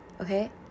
okay